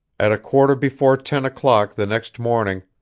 at a quarter before ten o'clock the next morning,